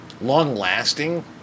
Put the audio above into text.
long-lasting